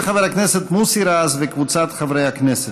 2017, של חבר הכנסת מוסי רז וקבוצת חברי הכנסת.